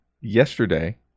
Yesterday